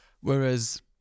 Whereas